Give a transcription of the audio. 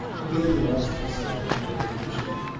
again lost herself in meditation.